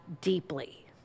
deeply